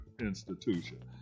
institution